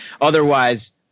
Otherwise